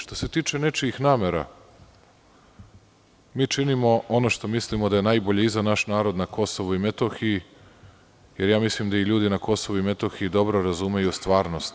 Što se tiče nečijih namera, mi činimo ono što mislimo da je najbolje i za naš narod na Kosovu i Metohiji, jermislim da i ljudi na Kosovu i Metohiji dobro razumeju stvarnost.